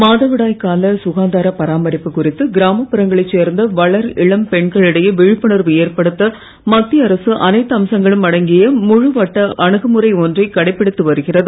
மாதவிடாய்க் கால சுகாதாரப் பராமரிப்பு குறித்து கிராமப்புறங்களைச் சேர்ந்த வளர் இளம் பெண்களிடையே விழிப்புணர்வு ஏற்படுத்த மத்திய அரசு அனைத்து அம்சங்களும் அடங்கிய முழு வட்ட அணுமுறை ஒன்றை கடைப்பிடித்து வருகிறது